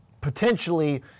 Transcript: potentially